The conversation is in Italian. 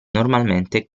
normalmente